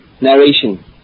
narration